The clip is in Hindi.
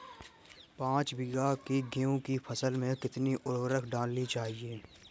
पाँच बीघा की गेहूँ की फसल में कितनी उर्वरक डालनी चाहिए?